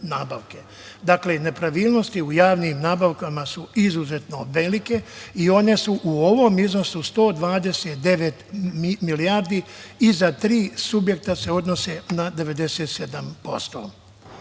nabavke. Nepravilnosti u javnim nabavkama su izuzetno velike i one su u ovom iznosu 129 milijardi i za tri subjekta se odnose na 97%.Što